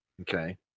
okay